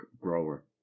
grower